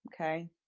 Okay